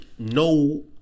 No